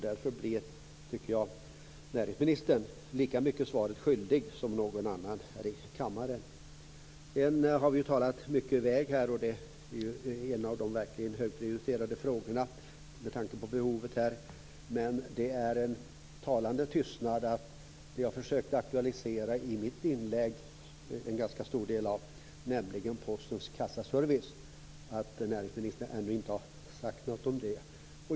Därför blev näringsministern, tycker jag, lika mycket svaret skyldig som någon annan här i kammaren. Vi har ju talat mycket om vägar här, och det är en av de verkligen högprioriterade frågorna med tanke på behovet. Men det är en talande tystnad när det gäller det som jag försökte aktualisera i en ganska stor del av mitt inlägg, nämligen Postens kassaservice. Näringsministern har ännu inte sagt något om detta.